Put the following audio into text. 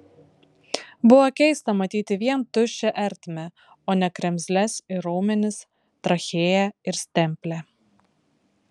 buvo keista matyti vien tuščią ertmę o ne kremzles ir raumenis trachėją ir stemplę